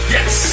Yes